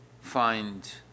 find